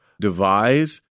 devise